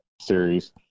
series